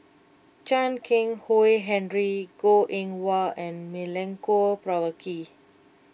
Chan Keng Howe Harry Goh Eng Wah and Milenko Prvacki